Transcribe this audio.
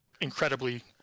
incredibly